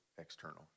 external